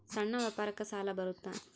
ಸಣ್ಣ ವ್ಯಾಪಾರಕ್ಕ ಸಾಲ ಬರುತ್ತಾ?